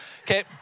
okay